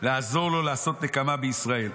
לעזור לו לעשות נקמה בישראל".